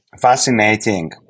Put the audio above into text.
fascinating